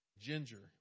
Ginger